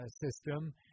system